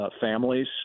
Families